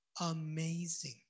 amazing